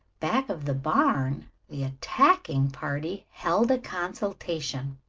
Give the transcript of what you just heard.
back of the barn the attacking party held a consultation.